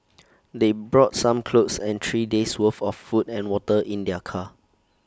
they brought some clothes and three days' worth of food and water in their car